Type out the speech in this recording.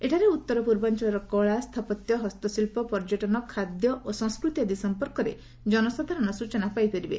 ଏଠାରେ ଉତ୍ତର ପୂର୍ବାଞ୍ଚଳର କଳା ସ୍ଥାପତ୍ୟ ହସ୍ତଶିଳ୍ପ ପର୍ଯ୍ୟଟନ ଖାଦ୍ୟ ଓ ସଂସ୍କୃତି ଆଦି ସମ୍ପର୍କରେ ଜନସାଧାରଣ ସ୍ନଚନା ପାଇପାରିବେ